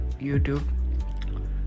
youtube